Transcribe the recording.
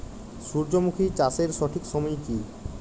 সূর্যমুখী চাষের সঠিক সময় কি?